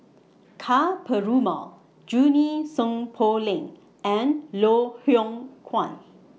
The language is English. Ka Perumal Junie Sng Poh Leng and Loh Hoong Kwan